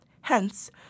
Hence